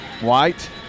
White